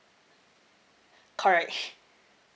correct